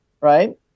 Right